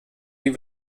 die